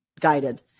guided